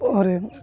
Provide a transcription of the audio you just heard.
ଆରେ